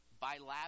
bilateral